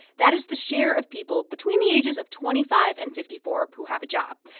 that is the share of people between the ages of twenty five and fifty four who have a job.